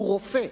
הוא רופא,